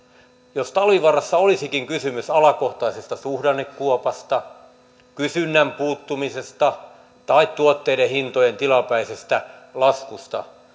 jos talvivaarassa olisikin kysymys alakohtaisesta suhdannekuopasta kysynnän puuttumisesta tai tuotteiden hintojen tilapäisestä laskusta